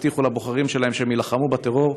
הבטיחו לבוחרים שלהן שהן יילחמו בטרור.